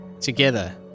Together